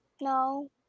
no